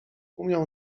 umiał